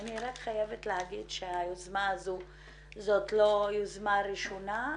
אני רק חייבת להגיד שהיוזמה הזו זו לא יוזמה ראשונה,